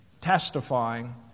testifying